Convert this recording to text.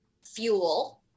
fuel